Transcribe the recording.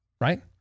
Right